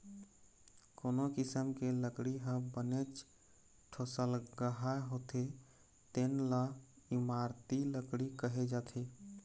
कोनो किसम के लकड़ी ह बनेच ठोसलगहा होथे तेन ल इमारती लकड़ी कहे जाथे